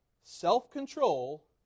self-control